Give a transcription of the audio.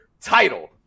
Title